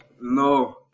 No